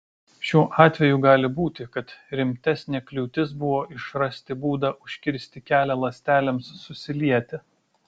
šiuo atveju gali būti kad rimtesnė kliūtis buvo išrasti būdą užkirsti kelią ląstelėms susilieti